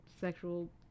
sexual